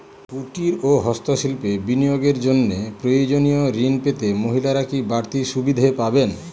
কুটীর ও হস্ত শিল্পে বিনিয়োগের জন্য প্রয়োজনীয় ঋণ পেতে মহিলারা কি বাড়তি সুবিধে পাবেন?